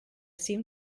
seem